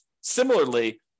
Similarly